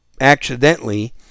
accidentally